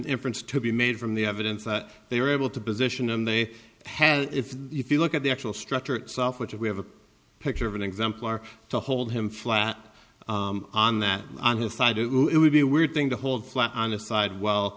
inference to be made from the evidence that they were able to position and they had if you look at the actual structure itself which we have a picture of an exemplar to hold him flat on that on the side it would be a weird thing to hold flat on the side w